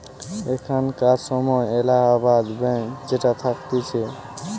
এখানকার সময় এলাহাবাদ ব্যাঙ্ক যেটা থাকতিছে